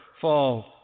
fall